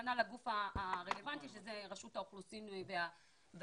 הכוונה לגוף הרלוונטי שזה רשות האוכלוסין וההגירה.